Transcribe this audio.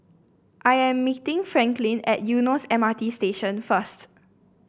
I am meeting Franklin at Eunos M R T Station first